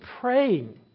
praying